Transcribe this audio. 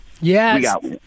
Yes